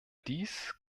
dies